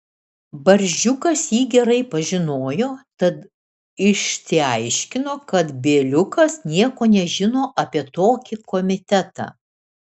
barzdžiukas jį gerai pažinojo tad išsiaiškino kad bieliukas nieko nežino apie tokį komitetą